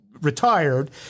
retired